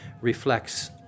reflects